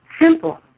simple